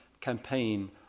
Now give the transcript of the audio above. campaign